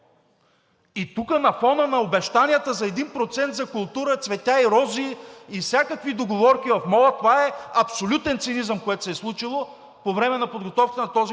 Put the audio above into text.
И тук на фона на обещанията за 1% за култура, цветя и рози, и всякакви договорки в мола, това е абсолютен цинизъм, което се е случило по време на подготовката на този бюджет.